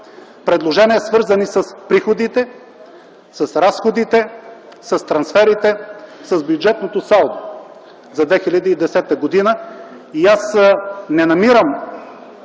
предложения, свързани с приходите, с разходите, с трансферите, с бюджетното салдо за 2010 г. Аз не намирам